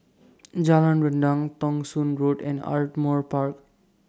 Jalan Rendang Thong Soon Road and Ardmore Park